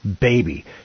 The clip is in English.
baby